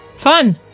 Fun